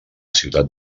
ciutat